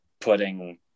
putting